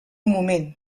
moment